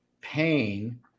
pain